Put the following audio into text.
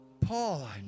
Paul